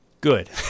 good